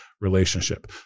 relationship